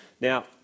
Now